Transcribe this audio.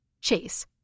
Chase